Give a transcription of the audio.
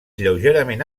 lleugerament